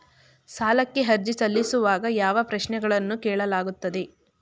ಸಾಲಕ್ಕೆ ಅರ್ಜಿ ಸಲ್ಲಿಸುವಾಗ ಯಾವ ಪ್ರಶ್ನೆಗಳನ್ನು ಕೇಳಲಾಗುತ್ತದೆ?